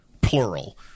plural